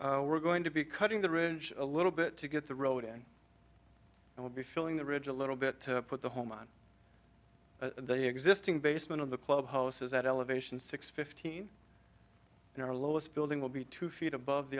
ridge we're going to be cutting the ridge a little bit to get the road in and we'll be filling the ridge a little bit to put the home on the existing basement of the club that elevation six fifteen in our lowest building will be two feet above the